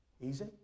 easy